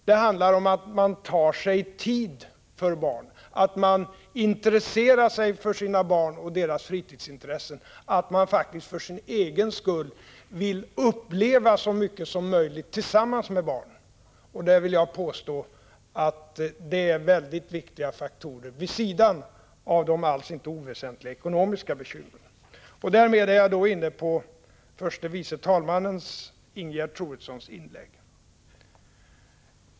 Det handlar om att man tar sig tid för barnen, att man intresserar sig för sina barn och deras fritidsintressen och att man faktiskt för sin egen skull vill uppleva så mycket som möjligt tillsammans med barnen. Jag vill påstå att det är väldigt viktiga faktorer vid sidan av de alls inte oväsentliga ekonomiska bekymren. Därmed är jag inne på förste vice talmannen Ingegerd Troedssons inlägg.